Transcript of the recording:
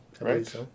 right